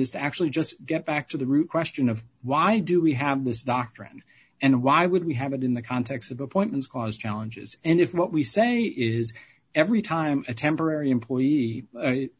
is to actually just get back to the root question of why do we have this doctrine and why would we have it in the context of appointments caused challenges and if what we say is every time a temporary employee